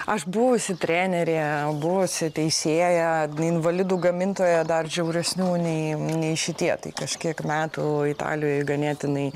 aš buvusi trenerė buvusi teisėja invalidų gamintoja dar žiauresnių nei šitie tai kažkiek metų italijoj ganėtinai